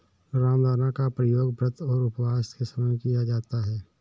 रामदाना का प्रयोग व्रत और उपवास के समय भी किया जाता है